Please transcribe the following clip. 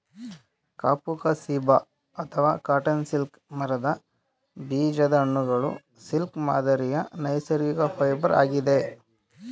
ಕಫುಕ್ ceiba ಅಥವಾ cotton silk ಮರದ ಬೀಜದ ಹಣ್ಣುಗಳು ಸಿಲ್ಕ್ ಮಾದರಿಯ ನೈಸರ್ಗಿಕ ಫೈಬರ್ ಆಗಿದೆ